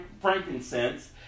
frankincense